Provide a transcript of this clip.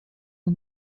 the